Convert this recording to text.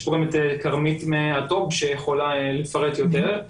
יש פה גם את כרמית מהטו"פ שיכולה לפרט יותר.